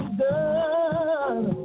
done